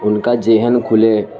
ان کا ذہن کھلے